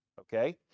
okay